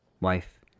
wife